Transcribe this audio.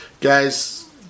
guys